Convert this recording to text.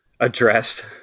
addressed